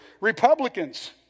Republicans